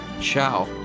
Ciao